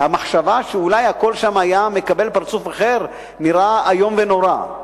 והמחשבה שאולי הכול שם היה מקבל פרצוף אחר נראית איום ונורא.